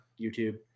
YouTube